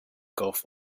gulf